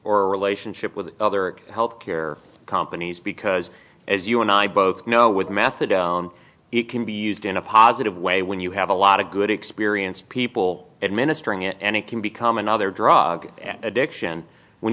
or relationship with other health care companies because as you and i both know with matthew down it can be used in a positive way when you have a lot of good experienced people administering it and it can become another drug addiction when